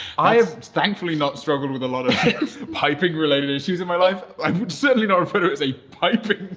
i have thankfully not struggled with a lot of piping related issues in my life. i would certainly not refer it to as a piping